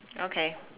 okay